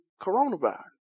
coronavirus